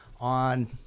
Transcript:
on